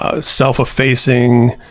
self-effacing